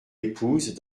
épouse